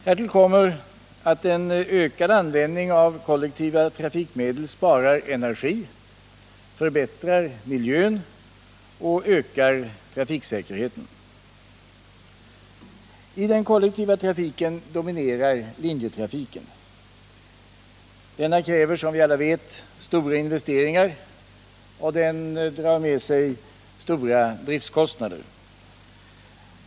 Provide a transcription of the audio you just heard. Därtill kommer att en ökad användning av kollektiva trafikmedel sparar energi, förbättrar miljön och ökar trafiksäkerheten. I den kollektiva trafiken dominerar linjetrafiken. Denna kräver, som vi alla vet, stora investeringar och drar med sig stora driftkostnader.